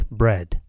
bread